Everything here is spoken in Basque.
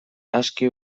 aske